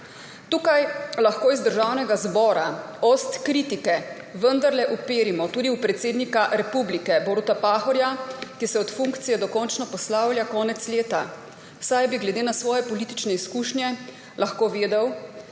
Tukaj lahko iz Državnega zbora ost kritike vendarle uperimo tudi v predsednika republike Boruta Pahorja, ki se od funkcije dokončno poslavlja konec leta, saj bi glede na svoje politične izkušnje lahko vedel,